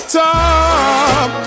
top